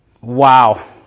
Wow